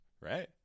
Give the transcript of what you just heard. right